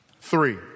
Three